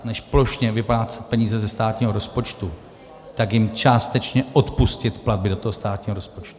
Než plošně vyplácet peníze ze státního rozpočtu, tak jim částečně odpustit platby do toho státního rozpočtu.